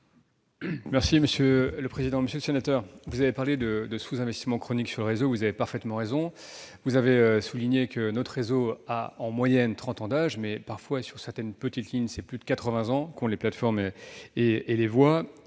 secrétaire d'État. Monsieur le sénateur, vous avez parlé de sous-investissements chroniques sur le réseau, et vous avez parfaitement raison. Vous avez souligné que notre réseau a, en moyenne, 30 ans d'âge, mais parfois, sur certaines petites lignes, c'est plus de 80 ans qu'ont les plateformes et les voies.